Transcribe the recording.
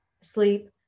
sleep